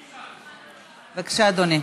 בבקשה, אדוני.